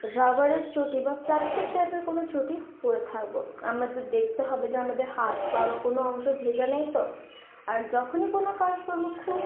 রাবারের চটি বা প্লাস্টিক টাইপের কোনো চটি পরে থাকবো আমাদের দেখতে হবে যে আমাদের হাত পা বা কোনো অংশ ভেজা নেই তো আর যখনই কোনো কাজ করব খুব